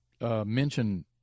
Mention